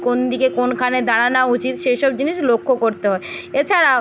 কোন দিকে কোনখানে দাঁড়ানো উচিত সেই সব জিনিস লক্ষ্য করতে হয় এছাড়াও